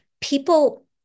People